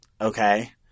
Okay